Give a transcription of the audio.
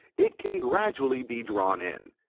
it can gradually be drawn in.